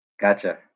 gotcha